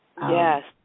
Yes